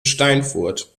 steinfurt